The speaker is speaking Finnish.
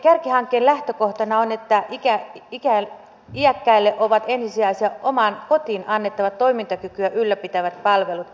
kärkihankkeen lähtökohtana on että iäkkäille ovat ensisijaisia omaan kotiin annettavat toimintakykyä ylläpitävät palvelut